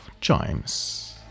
Chimes